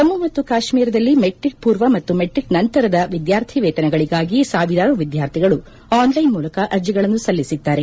ಜಮ್ನು ಮತ್ತು ಕಾಶ್ಮೀರದಲ್ಲಿ ಮೆಟ್ರಿಕ್ ಪೂರ್ವ ಮತ್ತು ಮೆಟ್ರಿಕ್ ನಂತರದ ವಿದ್ಲಾರ್ಥಿ ವೇತನಗಳಿಗಾಗಿ ಸಾವಿರಾರು ವಿದ್ದಾರ್ಥಿಗಳು ಆನ್ಲೈನ್ ಮೂಲಕ ಅರ್ಜಿಗಳನ್ನು ಸಲ್ಲಿಸಿದ್ದಾರೆ